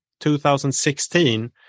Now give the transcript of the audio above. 2016